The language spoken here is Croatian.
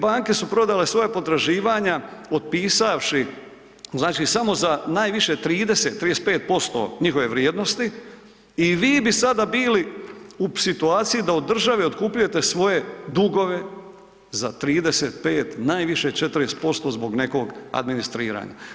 Banke su prodale svoja potraživanja otpisavši samo za najviše 30, 35% njihove vrijednosti i vi bi sada bili u situaciji da od države otkupljujete svoje dugove za 35 najviše 40% zbog nekog administriranja.